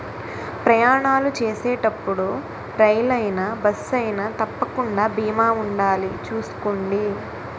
ప్రయాణాలు చేసేటప్పుడు రైలయినా, బస్సయినా తప్పకుండా బీమా ఉండాలి చూసుకోండి